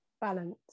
Balance